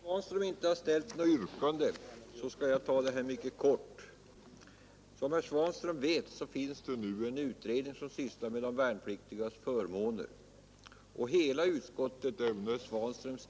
Herr talman! Eftersom herr Svanström inte har ställt något yrkande, skall jag fatta mig mycket kort. Som herr Svanström vet, finns det nu en utredning som sysslar med de värnpliktigas förmåner, och hela utskottet — även herr Svanströms